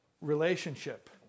relationship